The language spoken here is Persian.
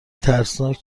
ترسناک